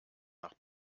nach